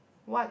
what